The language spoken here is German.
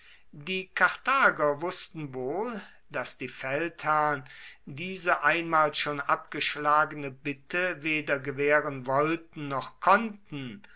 die karthager wußten wohl daß die feldherrn diese einmal schon abgeschlagene bitte weder gewähren wollten noch konnten